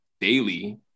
daily